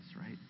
right